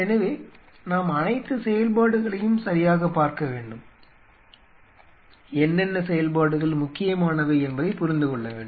எனவே நாம் அனைத்து செயல்பாடுகளையும் சரியாகப் பார்க்க வேண்டும் என்னென்ன செயல்பாடுகள் முக்கியமானவை என்பதைப் புரிந்துகொள்ள வேண்டும்